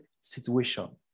situation